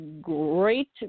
great